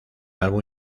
álbum